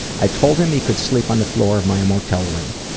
i told him he could sleep on the floor of my motel room.